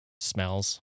smells